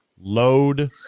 Load